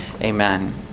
Amen